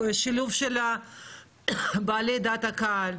שילוב של בעלי דעת הקהל,